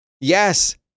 yes